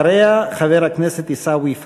ואחריה, חבר הכנסת עיסאווי פריג'.